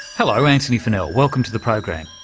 hello, and and you know welcome to the program.